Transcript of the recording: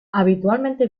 habitualmente